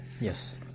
Yes